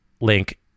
link